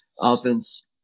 offense